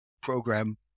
program